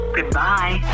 Goodbye